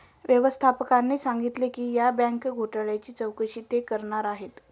व्यवस्थापकाने सांगितले की या बँक घोटाळ्याची चौकशी ते करणार आहेत